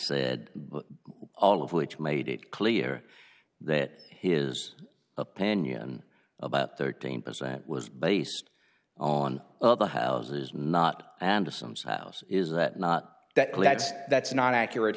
said all of which made it clear that his opinion about thirteen percent was based on the houses not anderson's house is that not that clear that's not accurate